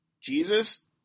Jesus